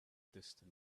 distant